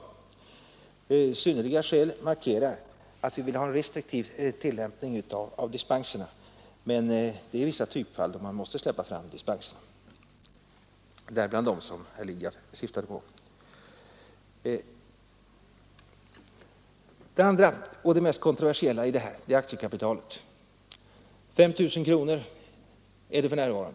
Uttrycket ”synnerliga skäl” markerar att vi vill ha en restriktiv tillämpning av dispenserna, men i vissa typfall måste man alltså ge dispens, däribland dem som herr Lidgard syftade på. Det mest kontroversiella i detta förslag är aktiekapitalets storlek. För närvarande är det 5 000 kronor.